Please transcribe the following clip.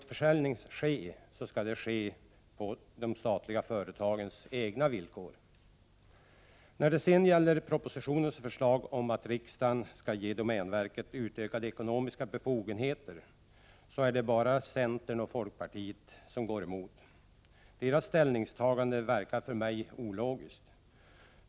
Om utförsäljning skall ske, skall denna ske på de statliga företagens egna villkor. När det gäller propositionens förslag om att riksdagen skall ge domänverket utökade ekonomiska befogenheter är det bara centern och folkpartiet som går emot förslaget. För mig förefaller deras ställningstagande ologiskt.